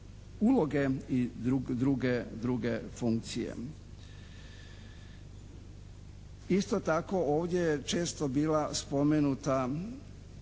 uloge i druge funkcije. Isto tako ovdje je često bila spomenut